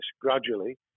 gradually